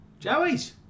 Joeys